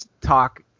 talk